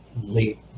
late